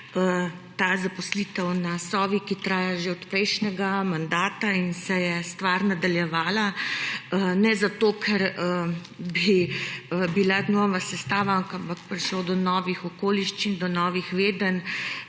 ve, zaposlitev na Sovi, ki traja že od prejšnjega mandata in se je stvar nadaljevala. Ne zato, ker bi bila nova sestava, ampak je prišlo do novih okoliščin, do novih vedenj,